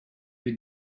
with